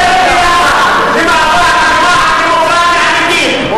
בואו נלך ביחד למאבק למען דמוקרטיה אמיתית,